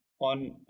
on